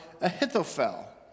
Ahithophel